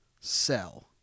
sell